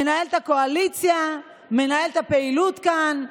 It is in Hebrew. מנהל את הקואליציה, מנהל את הפעילות כאן,